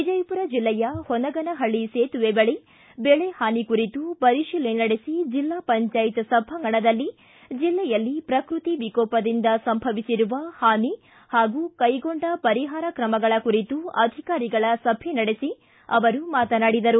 ವಿಜಯಪುರ ಜಿಲ್ಲೆಯ ಹೊನಗನಹಳ್ಳಿ ಸೇತುವೆ ಬಳಿ ಬೆಳೆಹಾನಿ ಕುರಿತು ಪರಿಶೀಲನೆ ನಡೆಸಿ ಜಿಲ್ಲಾ ಪಂಚಾಯತ್ ಸಭಾಂಗಣದಲ್ಲಿ ಜಿಲ್ಲೆಯಲ್ಲಿ ಪ್ರಕೃತಿ ವಿಕೋಪದಿಂದ ಸಂಭವಿಸಿರುವ ಹಾನಿ ಹಾಗೂ ಕೈಗೊಂಡ ಪರಿಹಾರ ಕ್ರಮಗಳ ಕುರಿತು ಅಧಿಕಾರಿಗಳ ಸಭೆ ನಡೆಸಿ ಅವರು ಮಾತನಾಡಿದರು